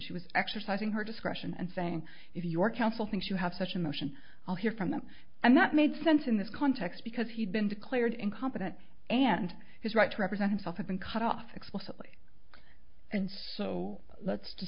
she was exercising her discretion and saying if your counsel thinks you have such emotion i'll hear from them and that made sense in this context because he'd been declared incompetent and his right to represent himself had been cut off explicitly and so let's to